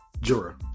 juror